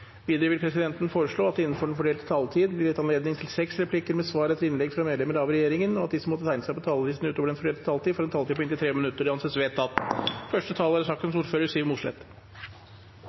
Videre vil presidenten foreslå at det – innenfor den fordelte taletid – blir gitt anledning til replikkordskifte på seks replikker med svar etter innlegg fra medlemmer av regjeringen, og at de som måtte tegne seg på talerlisten utover den fordelte taletid, får en taletid på inntil 3 minutter. – Det anses vedtatt.